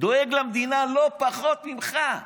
דואג למדינה לא פחות ממך.